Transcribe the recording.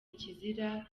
ikizira